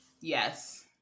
Yes